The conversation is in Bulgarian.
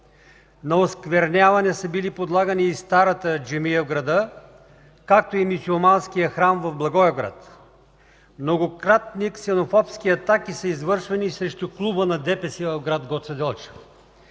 На оскверняване са били подлагани и старата джамия в града, както и мюсюлманският грам в Благоевград. Многократни ксенофобски атаки са извършвани и срещу клуба на ДПС в град Гоце Делчев.